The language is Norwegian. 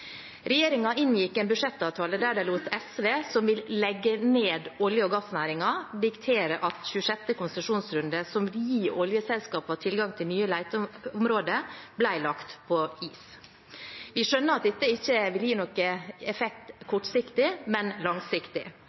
inngikk en budsjettavtale der de lot SV, som vil legge ned olje- og gassnæringen, diktere at 26. konsesjonsrunde, som vil gi oljeselskapene tilgang til nye leteområder, ble lagt på is. Vi skjønner at dette ikke vil gi noen effekt kortsiktig, men langsiktig.